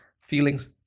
feelings